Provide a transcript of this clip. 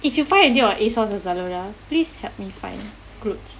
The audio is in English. if you find anything on ASOS or Zalora please help me find clothes